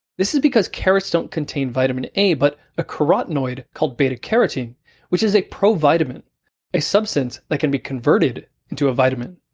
this is because carrots don't contain vitamin a but a carotenoid called beta carotene which is a provitamin a substance that can be converted into a vitamin.